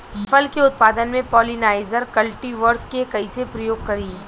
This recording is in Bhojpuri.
फल के उत्पादन मे पॉलिनाइजर कल्टीवर्स के कइसे प्रयोग करी?